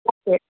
okay